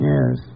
Yes